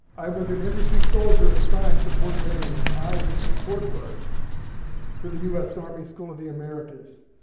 i was an infantry soldier assigned to fort benning, and i did support work for the u s. army school of the americas.